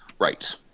Right